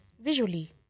visually